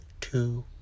two